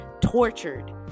tortured